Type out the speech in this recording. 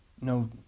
no